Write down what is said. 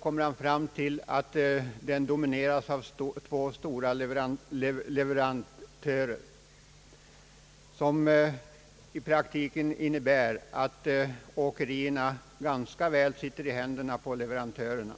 kommer han fram till att marknaden domineras av två stora leverantörer, vilket väl i praktiken innebär att åkerierna ganska väl sitter i händerna på leverantörerna.